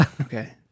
okay